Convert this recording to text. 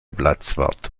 platzwart